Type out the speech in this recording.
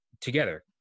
together